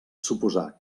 suposar